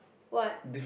what